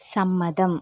സമ്മതം